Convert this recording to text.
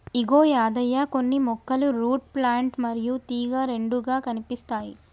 ఇగో యాదయ్య కొన్ని మొక్కలు root plant మరియు తీగ రెండుగా కనిపిస్తాయి